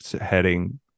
heading